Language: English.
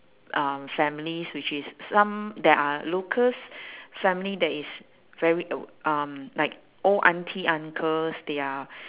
um families which is some that are locals family that is very o~ um like old aunties uncles they are